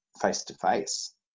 face-to-face